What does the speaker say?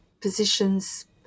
positions